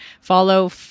follow